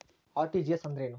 RTGS ಅಂದ್ರೇನು?